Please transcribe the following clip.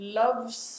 loves